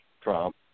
Trump